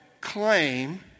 claim